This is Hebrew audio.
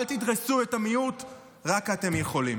אל תדרסו את המיעוט רק כי אתם יכולים,